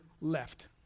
left